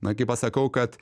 na kai pasakau kad